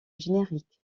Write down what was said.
générique